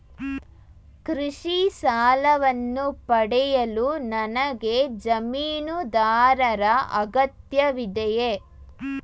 ಕೃಷಿ ಸಾಲವನ್ನು ಪಡೆಯಲು ನನಗೆ ಜಮೀನುದಾರರ ಅಗತ್ಯವಿದೆಯೇ?